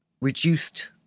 reduced